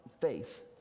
faith